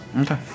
Okay